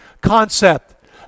concept